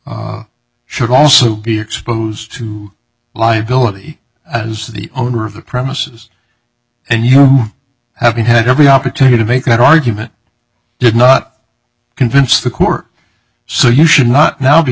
truth should also be exposed to life guilty as the owner of the premises and you have had every opportunity to make that argument did not convince the court so you should not now be